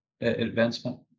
advancement